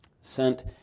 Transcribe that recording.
sent